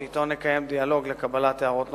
שאתו נקיים דיאלוג לקבלת הערות נוספות,